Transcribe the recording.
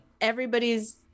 everybody's